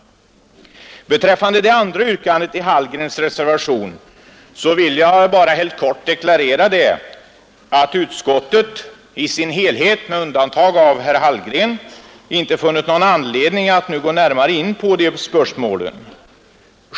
Beträffande det andra yrkandet i herr Hallgrens reservation vill jag helt kort deklarera att utskottet i sin helhet — med undantag av herr Hallgren — inte funnit någon anledning att nu gå närmare in på det spörsmålet.